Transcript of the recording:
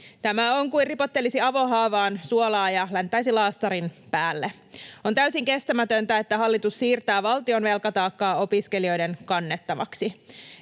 Tämä on kuin ripottelisi avohaavaan suolaa ja länttäisi laastarin päälle. On täysin kestämätöntä, että hallitus siirtää valtion velkataakkaa opiskelijoiden kannettavaksi,